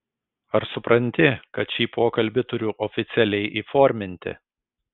ar supranti kad šį pokalbį turiu oficialiai įforminti